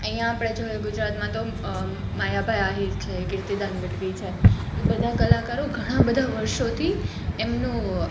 અઇયાં આપણે જોઈએ ગુજરાતમાં તો માયાભાઈ આહીર છે કીર્તીદાન ગઢવી છે એ બધાં કલાકારો ઘણાં બધાં વર્ષોથી એમનું